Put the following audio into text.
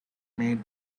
made